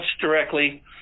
directly